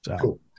Cool